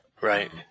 Right